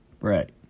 right